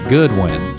Goodwin